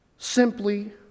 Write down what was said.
Simply